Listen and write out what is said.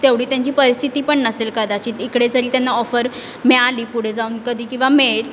तेवढी त्यांची परिस्थिती पण नसेल कदाचित इकडे जरी त्यांना ऑफर मिळाली पुढे जाऊन कधी किंवा मिळेल